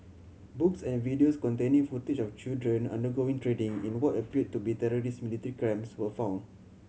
books and videos containing footage of children undergoing training in what appeared to be terrorist military camps were found